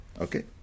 Okay